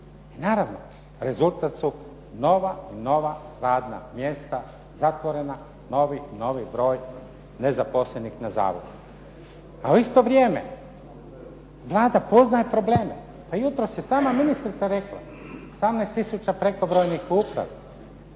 naravno, rezultat su nova radna mjesta zatvorena , novi broj nezaposlenih na zavodu A u isto vrijeme Vlada poznaje probleme. Pa jutros je sama ministrica rekla, 18 tisuća prekobrojnih u upravi.